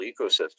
ecosystem